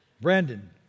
Brandon